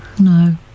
No